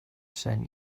sent